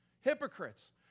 hypocrites